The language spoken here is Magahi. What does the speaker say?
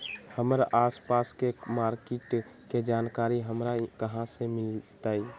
हमर आसपास के मार्किट के जानकारी हमरा कहाँ से मिताई?